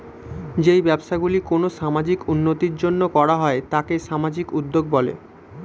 যেই ব্যবসাগুলি কোনো সামাজিক উন্নতির জন্য করা হয় তাকে সামাজিক উদ্যোগ বলে